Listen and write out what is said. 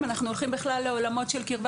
אם אנחנו הולכים בכלל לעולמות של קרבה